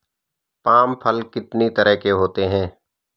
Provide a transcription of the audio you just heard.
Palm फल कितनी तरह के होते हैं?